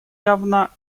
явно